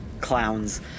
clowns